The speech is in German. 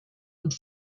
und